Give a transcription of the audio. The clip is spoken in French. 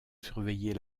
surveiller